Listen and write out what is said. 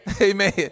Amen